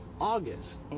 August